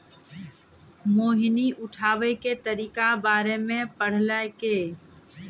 मोहिनी उठाबै के तरीका बारे मे पढ़लकै